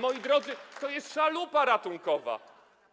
Moi drodzy, to jest szalupa ratunkowa,